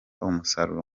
umusaruro